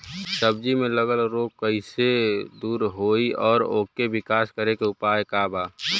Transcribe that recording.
सब्जी में लगल रोग के कइसे दूर होयी और ओकरे विकास के उपाय का बा?